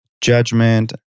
judgment